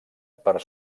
per